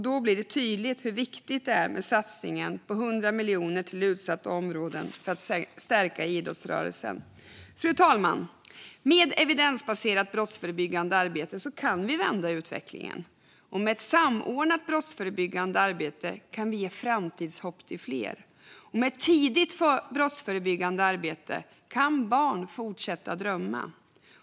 Det blir tydligt hur viktigt det är med satsningen på 100 miljoner till utsatta områden för att stärka idrottsrörelsen. Fru talman! Med evidensbaserat brottsförebyggande arbete kan vi vända utvecklingen. Och med ett samordnat brottsförebyggande arbete kan vi ge framtidshopp till fler. Och med ett tidigt brottsförebyggande arbete kan barn fortsätta drömma.